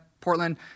Portland